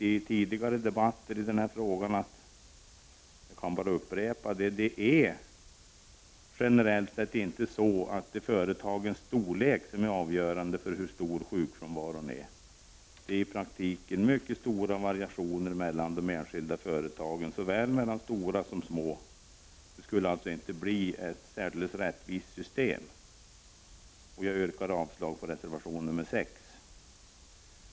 I tidigare debatter i denna fråga har vi sagt — vilket jag nu upprepar — att företagets storlek rent generellt inte är avgörande för hur stor sjukfrånvaron är. Det är i praktiken mycket stora variationer mellan de enskilda företagen, såväl mellan de stora företagen som mellan de små företagen. Ett system med sådana differentierade avgifter skulle således inte bli rättvist. Jag yrkar avslag på reservation nr 6.